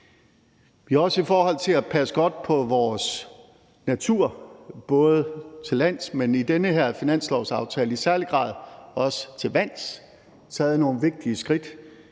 Vi har også i forhold til at passe godt på vores natur både til lands, men i den her finanslovsaftale i særlig grad også til vands, taget nogle vigtige skridt,